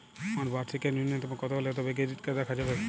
আমার বার্ষিক আয় ন্যুনতম কত হলে তবেই ক্রেডিট কার্ড রাখা যাবে?